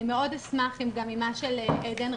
אני מאוד אשמח אם גם אמה של עדן,